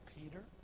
Peter